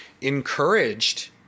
encouraged